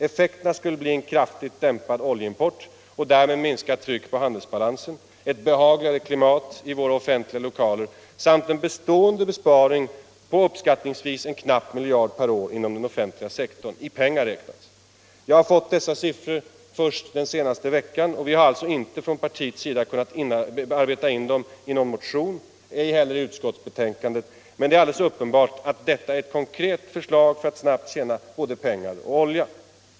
Effekterna skulle bli en kraftigt dämpad oljeimport och därmed minskat tryck på handelsbalansen, ett behagligare klimat i våra offentliga lokaler samt en bestående besparing på uppskattningsvis en knapp miljard per år inom den offentliga sektorn, i pengar räknat. Jag har fått dessa siffror först den senaste veckan och vi har alltså inte från partiets sida kunnat inarbeta dem i någon motion, ej heller i utskottsbetänkandet, men det är alldeles uppenbart att detta är ett konkret förslag för att snabbt tjäna både pengar och olja.